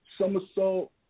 somersault